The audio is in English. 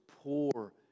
poor